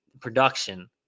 production